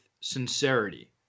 sincerity